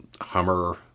Hummer